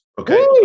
Okay